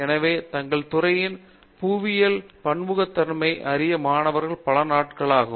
எனவே தங்கள் துறை புவியியல் பன்முகத்தன்மை அறிய மாணவர்க்கு பல நாட்களாகும்